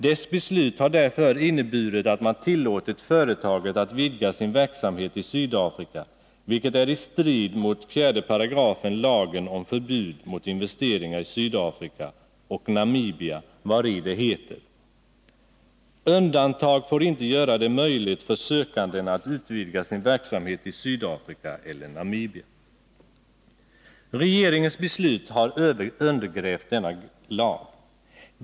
Dess beslut har därför inneburit att man tillåtit företaget att vidga sin verksamhet i Sydafrika vilket är i strid mot 4 § lagen om förbud mot investeringar i Sydafrika och Namibia, vari det heter: ”Undantag får inte göra det möjligt för sökanden att utvidga sin verksamhet i Sydafrika eller Namibia.” Regeringens beslut har undergrävt denna lag.